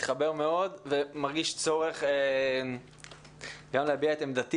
מתחבר מאוד ומרגיש צורך גם להביע את עמדתי